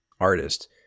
artist